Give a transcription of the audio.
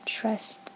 trust